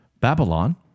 Babylon